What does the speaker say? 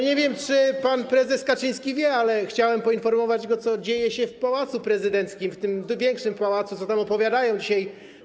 Nie wiem, czy pan prezes Kaczyński wie, ale chciałem poinformować go, co dzieje się w Pałacu Prezydenckim, w tym większym pałacu, co tam dzisiaj opowiadają.